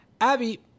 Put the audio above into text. Abby